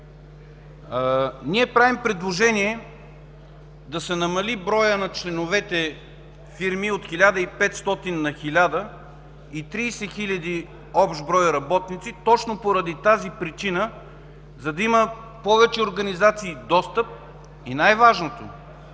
Ние правим предложение да се намали броят на членовете фирми от 1500 на 1000 и 30 000 общ брой работници точно поради тази причина, за да имат достъп повече организации и най-важното –